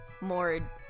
more